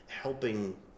helping